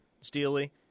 Steely